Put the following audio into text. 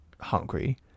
hungry